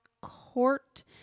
court